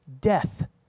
death